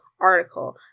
article